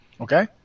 Okay